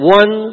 one